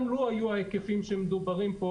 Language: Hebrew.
גם לו היו ההיקפים שמדוברים פה,